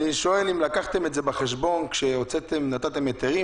אני שואל האם לקחתם גם את הנושא הזה בחשבון כשנתתם היתרים,